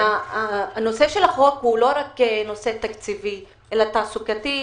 הנושא של החוק לא רק תקציבי אלא תעסוקתי,